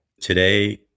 today